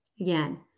Again